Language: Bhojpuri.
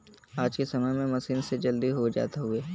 आज के समय में मसीन से जल्दी हो जात हउवे